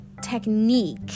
technique